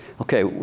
Okay